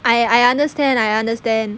I I understand I understand